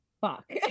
fuck